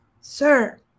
Sir